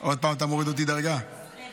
אז תלמידים כרגע אין לי,